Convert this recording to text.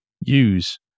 use